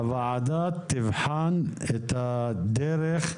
הוועדה תבחן את הדרך,